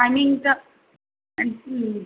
টাইমিংটা আর কি বলি